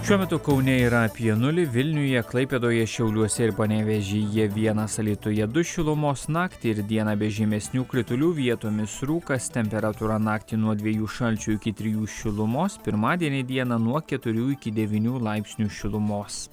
šiuo metu kaune yra apie nulį vilniuje klaipėdoje šiauliuose ir panevėžyje vienas alytuje du šilumos naktį ir dieną be žymesnių kritulių vietomis rūkas temperatūra naktį nuo dviejų šalčio iki trijų šilumos pirmadienį dieną nuo keturių iki devynių laipsnių šilumos